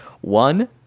One